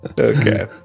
Okay